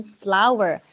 flower